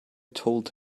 told